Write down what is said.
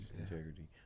Integrity